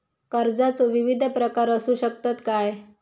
कर्जाचो विविध प्रकार असु शकतत काय?